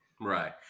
Right